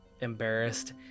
embarrassed